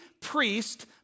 priest